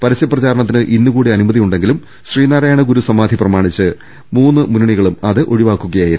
പരസ്യ പ്രചാരണത്തിന് ഇന്നുകൂടി അ നുമതിയുണ്ടെങ്കിലും ശ്രീനാരായണഗുരു സമാധി പ്രമാണിച്ച് മൂന്നു മുന്ന ണികളും അത് ഒഴിവാക്കുകയായിരുന്നു